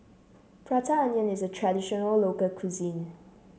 Prata Onion is a traditional local cuisine